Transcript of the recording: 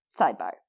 Sidebar